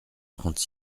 trente